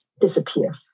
disappear